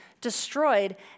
destroyed